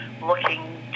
looking